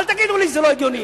אל תגידו לי שזה לא הגיוני.